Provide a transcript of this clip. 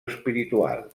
espiritual